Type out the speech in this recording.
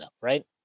right